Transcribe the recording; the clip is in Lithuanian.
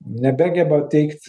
nebegeba teikt